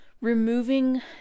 removing